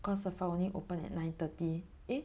cos the filing open at nine thirty eh